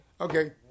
Okay